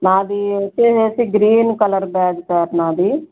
నాదీ వచ్చేసి green colour bag sir నాది